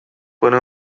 până